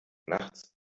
nachts